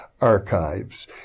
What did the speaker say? archives